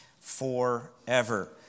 forever